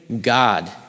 God